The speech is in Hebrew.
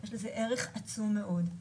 יש לזה ערך עצום מאוד.